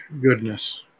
goodness